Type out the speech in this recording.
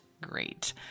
great